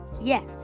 Yes